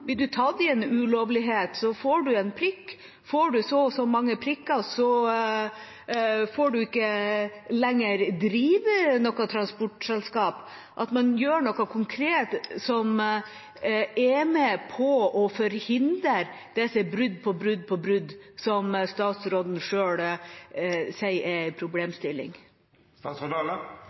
en ulovlighet, får man en prikk. Får man så og så mange prikker, får man ikke lenger drive noe transportselskap. Da gjør man noe konkret som er med på å forhindre det som er brudd på brudd på brudd, som statsråden selv sier er en problemstilling.